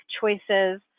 choices